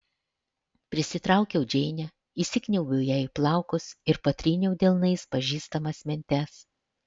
prisitraukiau džeinę įsikniaubiau jai į plaukus ir patryniau delnais pažįstamas mentes